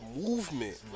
movement